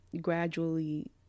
gradually